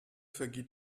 vergeht